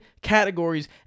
categories